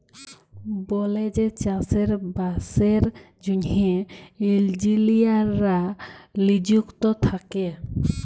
বলেযে চাষে বাসের জ্যনহে ইলজিলিয়াররা লিযুক্ত থ্যাকে